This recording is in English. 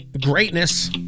greatness